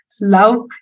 love